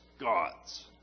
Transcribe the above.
gods